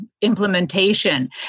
implementation